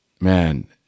man